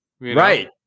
Right